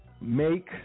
make